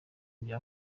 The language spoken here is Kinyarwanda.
ibya